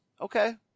Okay